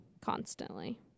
constantly